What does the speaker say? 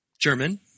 German